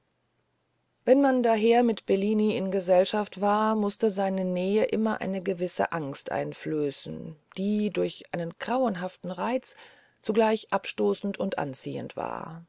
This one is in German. wenn man daher mit bellini in gesellschaft war mußte seine nähe immer eine gewisse angst einflößen die durch einen grauenhaften reiz zugleich abstoßend und anziehend war